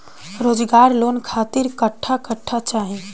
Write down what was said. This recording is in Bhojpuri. रोजगार लोन खातिर कट्ठा कट्ठा चाहीं?